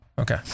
Okay